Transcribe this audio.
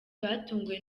batunguwe